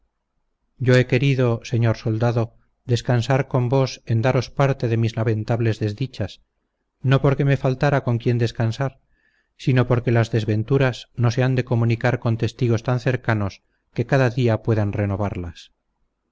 yo he querido señor soldado descansar con vos en daros parte de mis lamentables desdichas no porque me faltara con quien descansar sino porque las desventuras no se han de comunicar con testigos tan cercanos que cada día puedan renovarlas